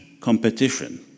competition